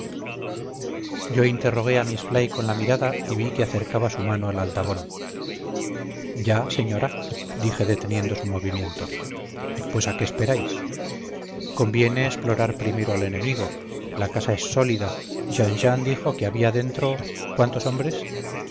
yo interrogué a miss fly con la mirada vi que acercaba su mano al aldabón ya señora dije deteniendo su movimiento pues a qué esperáis conviene explorar primero al enemigo la casa es sólida jean jean dijo que había dentro cuántos hombres